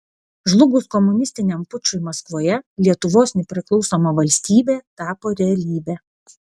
žlugus komunistiniam pučui maskvoje lietuvos nepriklausoma valstybė tapo realybe